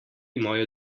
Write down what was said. mojo